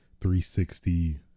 360